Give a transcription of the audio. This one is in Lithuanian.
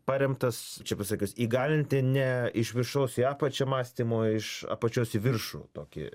paremtas čia pasakius įgalinti ne iš viršaus į apačią mąstymo iš apačios į viršų tokį